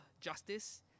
justice